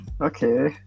okay